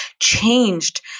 changed